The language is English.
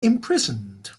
imprisoned